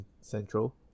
Central